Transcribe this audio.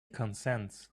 consents